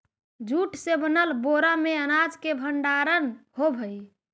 jute से बनल बोरा में अनाज के भण्डारण होवऽ हइ